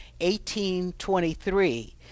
1823